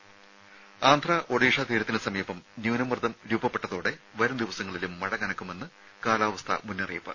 ത ആന്ധ്ര ഒഡീഷ തീരത്തിന് സമീപം ന്യൂനമർദ്ദം രൂപപ്പെട്ടതോടെ വരും ദിവസങ്ങളിലും മഴ കനക്കുമെന്ന് കാലാവസ്ഥാ മുന്നറിയിപ്പ്